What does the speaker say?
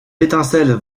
étincelles